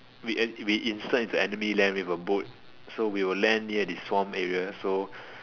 we we insert into enemy land with a boat so we will land near this swamp area so